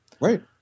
Right